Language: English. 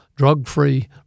drug-free